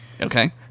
Okay